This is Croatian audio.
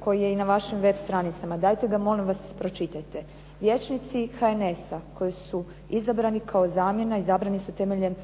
koji je i na vašim web stranicama, dajte ga molim vas pročitajte. Vijećnici HNS-a koji su izabrani kao zamjena izabrani su temeljem